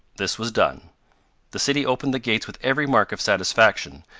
this was done the city opened the gates with every mark of satisfaction,